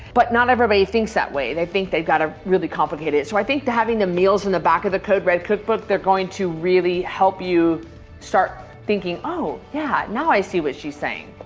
but not everybody thinks that way. they think they've gotta really complicate it. so i think having the meals in the back of the code red cookbook, they're going to really help you start thinking, oh yeah, now i see what she's saying.